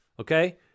Okay